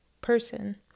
person